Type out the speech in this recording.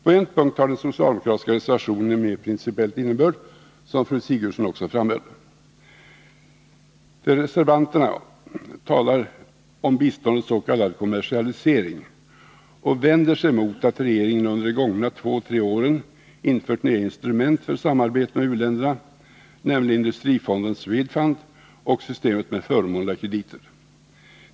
På en punkt har socialdemokratiska reservationer en mer principiell innebörd, som fru Sigurdsen också framhöll. Reservanterna talar om biståndets s.k. kommersialisering och vänder sig mot att regeringen under de gångna två tre åren infört några nya instrument för samarbete med u-länderna, nämligen industrifonden Swedfund och systemet med förmånliga krediter.